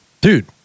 dude